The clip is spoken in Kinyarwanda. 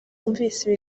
wumvise